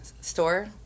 store